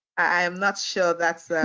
i am not sure.